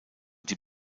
die